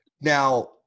Now